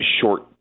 short